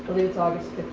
believe it's august